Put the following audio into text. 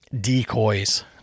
decoys